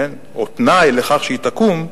או תנאי לכך שהיא תקום,